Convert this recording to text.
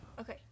Okay